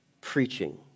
preaching